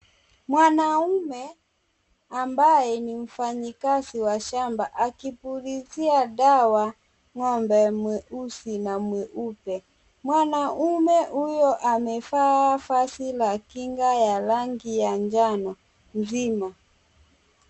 Mwanaume ambaye ni mfanyikazi wa shamba akipulizia dawa ng'ombe mweusi na mweupe. Mwanaume huyo amevaa vazi la kinga ya rangi ya njano mzima.